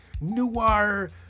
noir